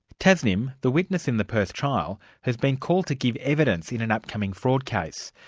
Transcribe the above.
tasnim, the witness in the perth trial, has been called to give evidence in an upcoming fraud case.